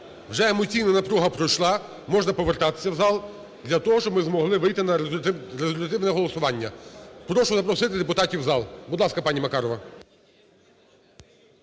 Вже емоційна напруга пройшла, можна повертатися в зал для того, щоб ми змогли вийти на результативне голосування. Прошу запросити депутатів в зал. Будь ласка, пані Маркарова.